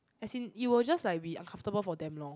as in it will just like be uncomfortable for them lor